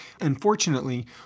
Unfortunately